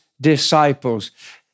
disciples